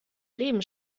leben